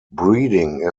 breeding